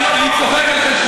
לא, אני צוחק על חשבונם.